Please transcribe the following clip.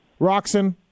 roxon